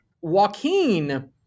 Joaquin